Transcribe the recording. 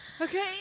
Okay